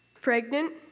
Pregnant